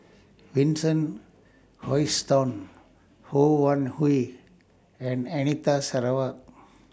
Vincent Hoisington Ho Wan Hui and Anita Sarawak